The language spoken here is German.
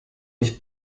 nicht